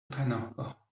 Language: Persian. پناهگاه